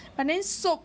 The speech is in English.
but then so